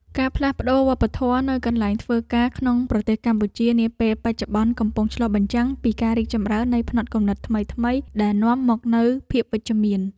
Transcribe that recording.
ការផ្លាស់ប្តូរវប្បធម៌នៅកន្លែងធ្វើការក្នុងប្រទេសកម្ពុជានាពេលបច្ចុប្បន្នកំពុងឆ្លុះបញ្ចាំងពីការរីកចម្រើននៃផ្នត់គំនិតថ្មីៗ ដែលនាំមកនូវភាពវិជ្ជមាន។